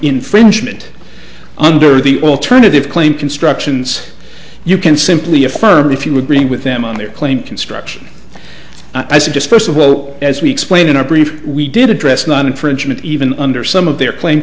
infringement under the alternative claim constructions you can simply affirm if you agree with them on their claim construction i suggest first of well as we explain in our brief we did address not infringement even under some of their cla